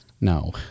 No